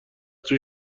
توی